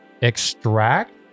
extract